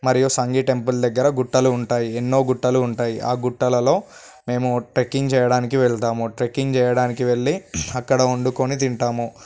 మరియు సంఘీ టెంపుల్ దగ్గర గుట్టలు ఉంటాయి ఎన్నో గుట్టలు ఉంటాయి ఆ గుట్టలలో మేము ట్రెక్కింగ్ చేయడానికి వెళ్తాము ట్రెక్కింగ్ చేయడానికి వెళ్ళి అక్కడ వండుకొని తింటాము